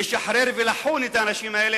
לשחרר ולחון את האנשים האלה,